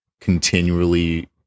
continually